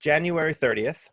january thirtieth